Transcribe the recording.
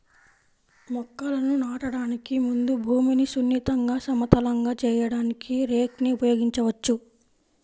మొక్కలను నాటడానికి ముందు భూమిని సున్నితంగా, సమతలంగా చేయడానికి రేక్ ని ఉపయోగించవచ్చు